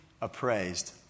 appraised